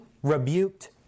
rebuked